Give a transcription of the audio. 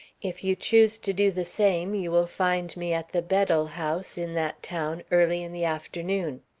if you choose to do the same, you will find me at the bedell house, in that town, early in the afternoon.